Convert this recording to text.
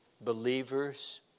believers